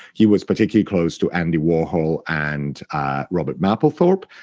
he was particularly close to andy warhol and robert mapplethorpe,